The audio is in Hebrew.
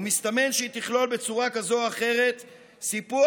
ומסתמן שהיא תכלול בצורה כזאת או אחרת סיפוח